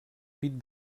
pit